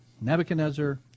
Nebuchadnezzar